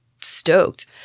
stoked